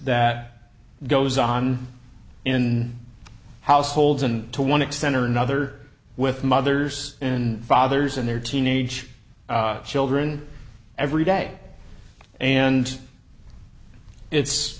that goes on in households and to one extent or another with mothers and fathers and their teenage children every day and it's